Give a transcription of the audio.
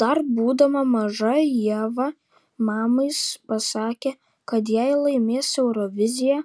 dar būdama maža ieva mamai pasakė kad jei laimės euroviziją